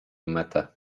metę